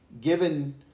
given